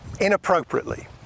inappropriately